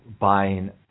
buying